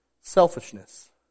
selfishness